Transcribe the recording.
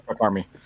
army